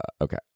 Okay